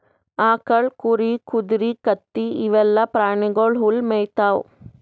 ಆಕಳ್, ಕುರಿ, ಕುದರಿ, ಕತ್ತಿ ಇವೆಲ್ಲಾ ಪ್ರಾಣಿಗೊಳ್ ಹುಲ್ಲ್ ಮೇಯ್ತಾವ್